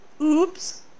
oops